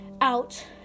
out